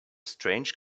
strange